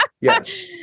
Yes